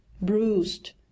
bruised